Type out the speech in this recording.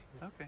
Okay